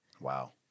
Wow